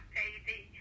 baby